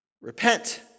repent